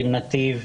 עם נתיב,